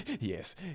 yes